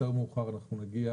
יותר מאוחר אנחנו נגיע